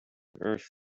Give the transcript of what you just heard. earth